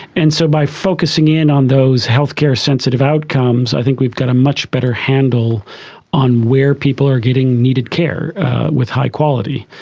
and so by focusing in on those healthcare sensitive outcomes, i think we've got a much better handle on where people are getting needed care with high quality.